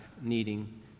needing